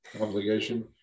obligation